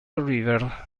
river